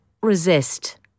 resist